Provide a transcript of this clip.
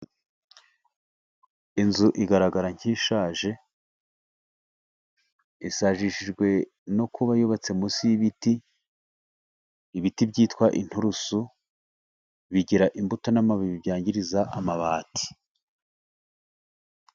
Inzu igaragara nk'ishaje, isajishijwe no kuba yubatse munsi y'ibiti, ibiti byitwa inturusu bigira imbuto n'amababi byangiriza amabati.